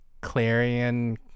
clarion